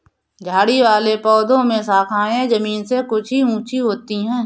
झाड़ी वाले पौधों में शाखाएँ जमीन से कुछ ही ऊँची होती है